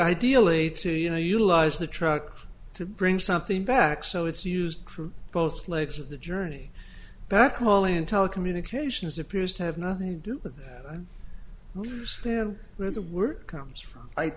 ideally to you know utilize the truck to bring something back so it's used for both legs of the journey that calling in telecommunications appears to have nothing to do with that stand where the word comes from i